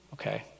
okay